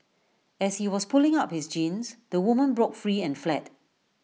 as he was pulling up his jeans the woman broke free and fled